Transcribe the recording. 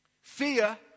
Fear